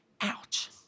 Ouch